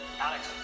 Alex